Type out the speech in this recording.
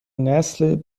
نسل